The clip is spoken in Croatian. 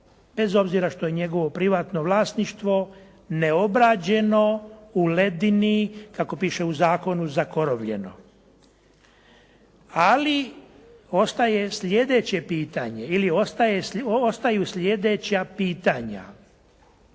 bez obzira što je njegovo privatno vlasništvo, neobrađeno u ledini kako piše u zakonu, zakorovljeno. Ali ostaje sljedeće pitanje